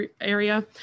area